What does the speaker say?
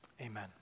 Amen